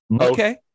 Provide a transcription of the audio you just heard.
Okay